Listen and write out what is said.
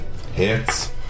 hits